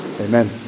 amen